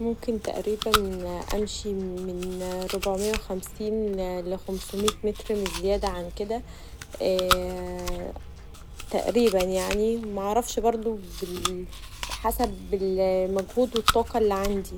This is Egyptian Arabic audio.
ممكن تقريبا امشي من ربعوميه و خمسين ل خمسوميه متر مش زياده عن كدا تقريبا يعني معرفش حسب المجهود و الطاقه اللي عندي.